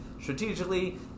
strategically